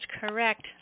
Correct